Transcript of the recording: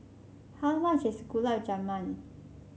how much is Gulab Jamun